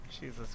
Jesus